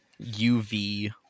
UV